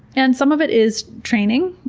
and some of it is training,